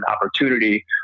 opportunity